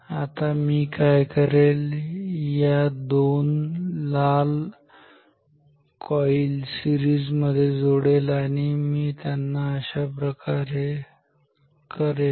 आता मी काय करेल आता मी या दोन लाल कॉईल सीरिजमध्ये जोडेल आणि मी त्याला अशाप्रकारे करेल